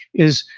is,